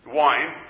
wine